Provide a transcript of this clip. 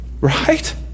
Right